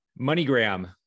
MoneyGram